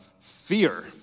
fear